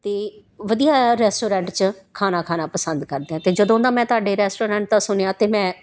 ਅਤੇ ਵਧੀਆ ਰੈਸਟੋਰੈਂਟ 'ਚ ਖਾਣਾ ਖਾਣਾ ਪਸੰਦ ਕਰਦੇ ਹਾਂ ਅਤੇ ਜਦੋਂ ਨਾ ਮੈਂ ਤੁਹਾਡੇ ਰੈਸਟੋਰੈਂਟ ਦਾ ਸੁਣਿਆ ਤੇ ਮੈਂ